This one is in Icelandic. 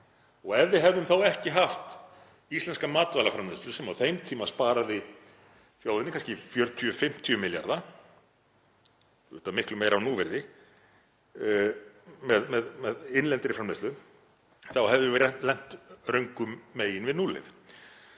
Ef við hefðum þá ekki haft íslenska matvælaframleiðslu, sem á þeim tíma sparaði þjóðinni kannski 40–50 milljarða, auðvitað miklu meira á núvirði, með innlendri framleiðslu, þá hefðum við verið lent röngum megin við núllið.